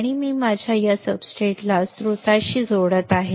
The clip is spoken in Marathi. आणि मी माझ्या सब्सट्रेटला स्त्रोताशी जोडत आहे